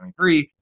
2023